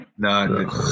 No